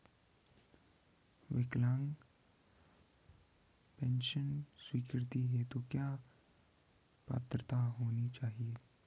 विकलांग पेंशन स्वीकृति हेतु क्या पात्रता होनी चाहिये?